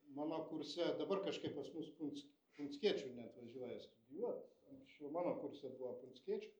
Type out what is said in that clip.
mano kurse dabar kažkaip pas mus puns punskiečių neatvažiuoja studijuot anksčiau mano kurse buvo punskiečių